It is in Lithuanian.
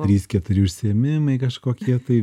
trys keturi užsiėmimai kažkokie tai